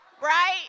Right